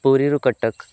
ପୁରୀ ରୁ କଟକ